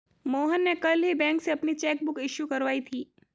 मोहन ने कल ही बैंक से अपनी चैक बुक इश्यू करवाई थी